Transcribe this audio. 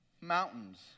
Mountains